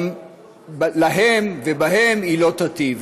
גם איתם היא לא תיטיב.